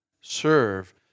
serve